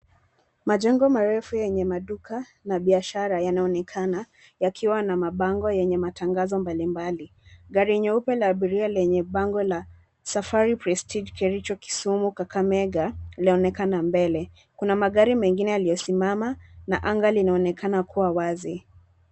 Majengo marefu yenye maduka na biashara yanaonekana yakiwa na mabango yenye matangazo mbalimbali. Gari nyeupe la abiria lenye bango la Safari Prestige Kisumu-Kakamega linaonekana mbele. Kuna magari mengine yaliyosimama, na anga linaonekana kuwa wazi.